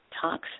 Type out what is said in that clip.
toxins